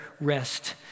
rest